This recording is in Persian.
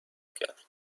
کرد